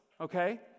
okay